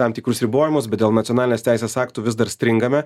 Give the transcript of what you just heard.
tam tikrus ribojimus bet dėl nacionalinės teisės aktų vis dar stringame